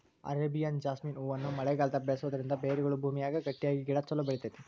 Arabian jasmine ಹೂವನ್ನ ಮಳೆಗಾಲದಾಗ ಬೆಳಿಸೋದರಿಂದ ಬೇರುಗಳು ಭೂಮಿಯಾಗ ಗಟ್ಟಿಯಾಗಿ ಗಿಡ ಚೊಲೋ ಬೆಳಿತೇತಿ